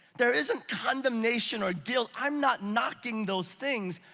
there isn't condemnation or guilt. i'm not knocking those things.